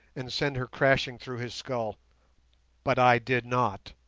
and send her crashing through his skull but i did not.